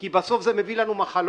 כי בסוף זה מביא לנו מחלות.